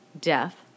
death